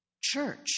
church